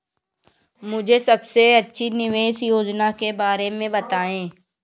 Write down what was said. मुझे सबसे अच्छी निवेश योजना के बारे में बताएँ?